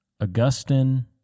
Augustine